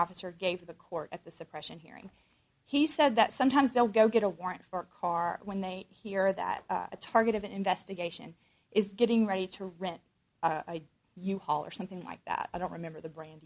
officer gave the court at the suppression hearing he said that sometimes they'll go get a warrant for a car when they hear that a target of an investigation is getting ready to rent a u haul or something like that i don't remember the brand